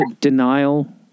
denial